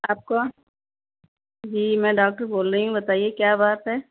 آپ کون جی میں ڈاکٹر بول رہی ہوں بتائیے کیا بات ہے